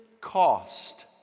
cost